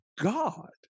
God